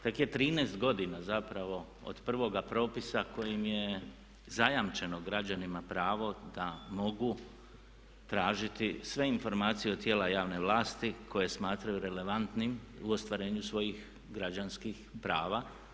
Tek je 13 godina zapravo od prvoga propisa kojim je zajamčeno građanima pravo da mogu tražiti sve informacije od tijela javne vlasti koje smatraju relevantnim u ostvarenju svojih građanskih prava.